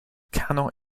cannot